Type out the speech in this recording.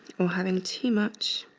or having too much